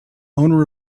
owner